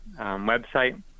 website